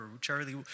Charlie